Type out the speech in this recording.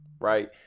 right